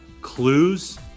clues